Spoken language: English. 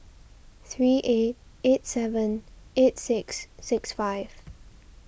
three eight eight seven eight six six five